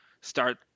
start